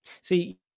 see